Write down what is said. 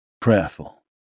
prayerful